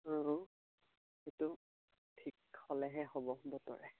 আৰু এইটো ঠিক হ'লেহে হ'ব বতৰে